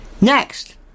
Next